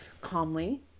calmly